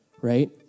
Right